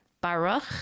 Baruch